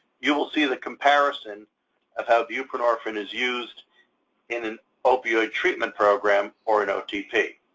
you will see the comparison of how buprenorphine is used in an opioid treatment program, or an otp.